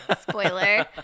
spoiler